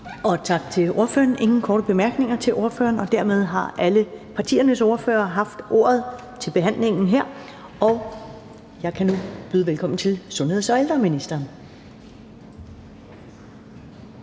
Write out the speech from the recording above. Tak til ordføreren. Der er ingen korte bemærkninger til ordføreren. Dermed har alle partiernes ordførere haft ordet til behandlingen her, og jeg kan nu byde velkommen til sundheds- og ældreministeren.